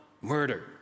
murder